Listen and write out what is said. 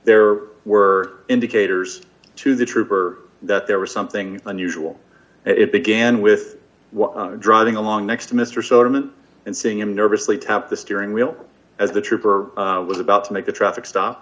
there were indicators to the trooper that there was something unusual it began with driving along next to mr soderman and seeing him nervously tapped the steering wheel as the trooper was about to make a traffic stop